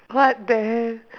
what the hell